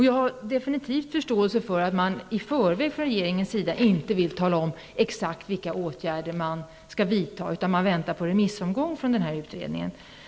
Jag har definitivt förståelse för att regeringen inte i förväg vill tala om exakt vilka åtgärder man skall vidta, utan att man väntar på remissomgången för utredningen.